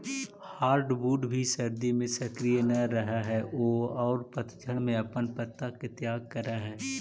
hardwood भी सर्दि में सक्रिय न रहऽ हई औउर पतझड़ में अपन पत्ता के त्याग करऽ हई